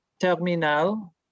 terminal